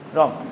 Wrong